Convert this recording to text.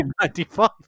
1995